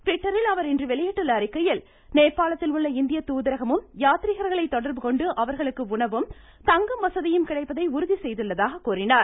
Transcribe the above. ட்விட்டரில் இன்று அவர் வெளியிட்டுள்ள அறிக்கையில் நேபாளத்தில் உள்ள இந்திய தூதரகமும் யாத்ரீகர்களை தொடர்புகொண்டு அவர்களுக்கு உணவும் தங்கும் வசதியும் கிடைப்பதை உறுதி செய்துள்ளதாக கூறினார்